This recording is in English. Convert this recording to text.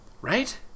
Right